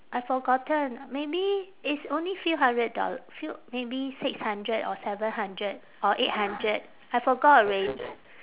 I've forgotten maybe it's only few hundred doll~ few maybe six hundred or seven hundred or eight hundred I forgot alrea~